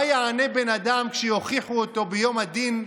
מה יענה בן אדם כשיוכיחו אותו ביום הדין?